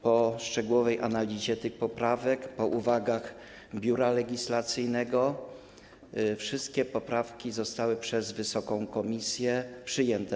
Po szczegółowej analizie tych poprawek, po uwagach Biura Legislacyjnego wszystkie poprawki zostały przez komisje przyjęte.